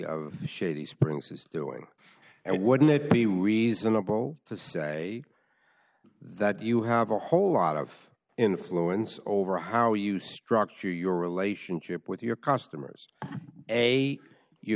of shady springs is doing and wouldn't it be reasonable to say that you have a whole lot of influence over how you structure your relationship with your costumers a you